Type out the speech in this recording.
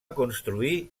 construir